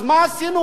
אז מה עשינו?